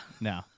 no